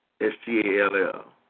S-T-A-L-L